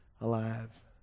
alive